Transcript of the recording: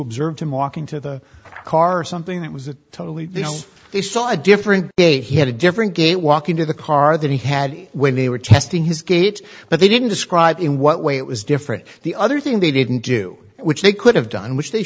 observed him walking to the car or something that was totally he saw a different day he had a different gate walking to the car that he had when they were testing his gait but they didn't describe in what way it was different the other thing they didn't do which they could have done which they